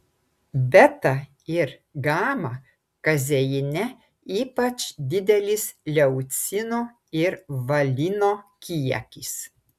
beta ir gama kazeine ypač didelis leucino ir valino kiekis